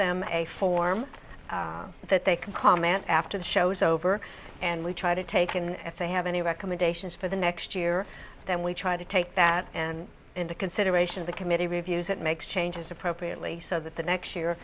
them a form that they can comment after the show's over and we try to take and if they have any recommendations for the next year then we try to take that and into consideration the committee reviews it and exchanges appropriately so that the next year